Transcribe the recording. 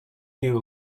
view